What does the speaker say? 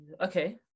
okay